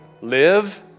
Live